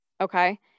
Okay